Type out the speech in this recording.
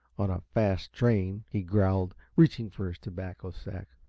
on a fast train, he growled, reaching for his tobacco sack.